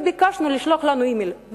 וביקשנו לשלוח לנו אימייל.